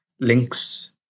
links